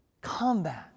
combat